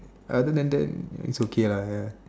other than that it's okay lah ya